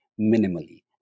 minimally